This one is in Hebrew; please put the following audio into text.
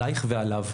עליך ועליו.